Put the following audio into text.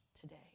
today